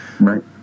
Right